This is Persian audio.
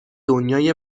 دنیای